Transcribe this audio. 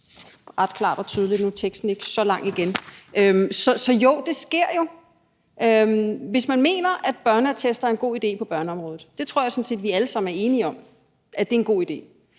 ret klart og tydeligt, og nu er teksten ikke så lang igen. Så jo, det sker jo. Hvis man mener, at børneattester er en god idé på børneområdet – jeg tror sådan set, vi alle sammen er enige om, at det er en god idé